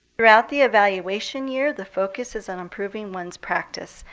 throughout the evaluation year, the focus is on improving one's practice,